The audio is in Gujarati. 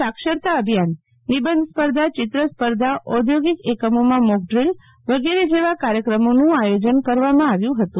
સાક્ષરતા અભિયાનનિબંધસ્પર્ધાચિત્ર સ્પર્ધાઆધોગિકએકમોમાં મૌકડ્રીલ વગેરે જેવા કાર્યક્રમોનું આયોજન કરવામાં આવ્યું હતું